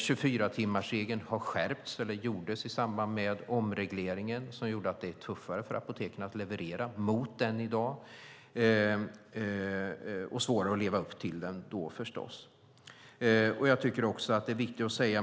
24-timmarsregeln infördes i samband med omregleringen, vilket gör att det i dag är tuffare för apoteken att leverera mot den och därmed förstås också svårare att leva upp till den.